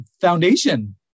foundation